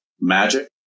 magic